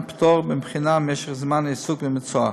פטור מבחינה ומשך זמן העיסוק במקצוע.